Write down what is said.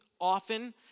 Often